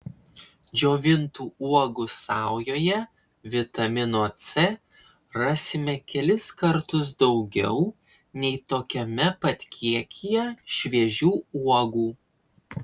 džiovintų uogų saujoje vitamino c rasime kelis kartus daugiau nei tokiame pat kiekyje šviežių uogų